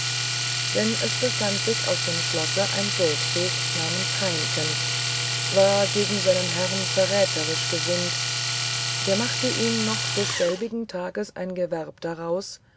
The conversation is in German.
denn es bfand sich auf dem schlosse ein burgvogt namens heimken war gegen seinen herrn verrätherisch gestimt der macht ihm noch desselbigen tages ein gewerb draußen